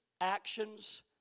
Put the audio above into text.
actions